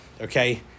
Okay